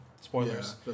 Spoilers